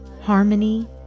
harmony